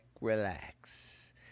relax